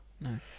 No